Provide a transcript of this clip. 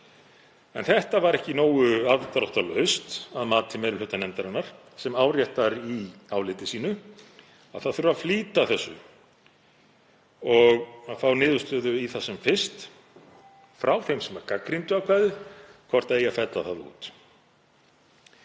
Það var ekki nógu afdráttarlaust að mati meiri hluta nefndarinnar sem áréttar í áliti sínu að þessu þurfi að flýta og fá niðurstöðu í það sem fyrst frá þeim sem gagnrýndu ákvæðið hvort eigi að fella það út.